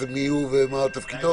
ואני מברך על ההצעה.